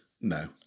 No